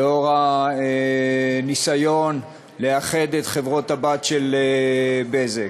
לנוכח הניסיון לאחד את החברות-הבנות של "בזק".